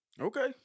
Okay